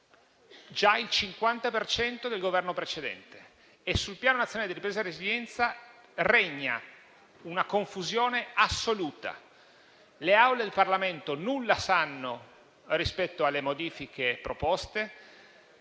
in carica del Governo Draghi e sul Piano nazionale di ripresa e resilienza regna una confusione assoluta. Le Aule del Parlamento nulla sanno rispetto alle modifiche proposte;